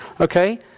Okay